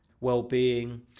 well-being